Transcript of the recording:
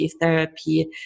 therapy